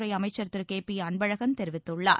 துறை அமைச்சர் திரு கே பி அன்பழகன் தெரிவித்துள்ளார்